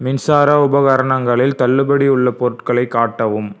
மின்சார உபகரணங்களில் தள்ளுபடி உள்ள பொருட்களை காட்டவும்